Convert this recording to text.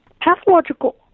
Pathological